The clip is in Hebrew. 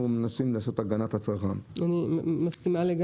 אני מגיבה רק למה שאמרה המועצה,